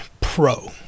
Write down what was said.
pro